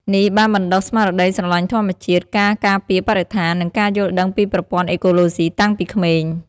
នេះបានបណ្តុះ ស្មារតីស្រឡាញ់ធម្មជាតិ ការការពារបរិស្ថាន និងការយល់ដឹងពីប្រព័ន្ធអេកូឡូស៊ីតាំងពីក្មេង។